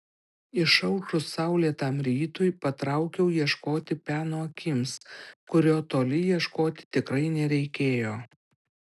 išaušus saulėtam rytui patraukiau ieškoti peno akims kurio toli ieškoti tikrai nereikėjo